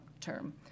term